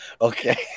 Okay